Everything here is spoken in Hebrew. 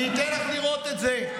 אני אתן לך לראות את זה.